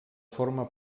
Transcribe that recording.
forma